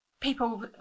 People